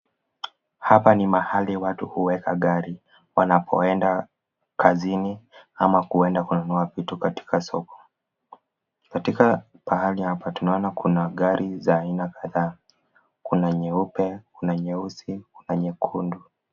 Hapa ni mahali watu huweka gari wanapoenda kazini ama kuenda kununua vitu katika soko Katika pahali hapa tunaona kuna gari za aina kadhaa. Kuna nyeupe, kuna nyeusi, kuna nyekundu.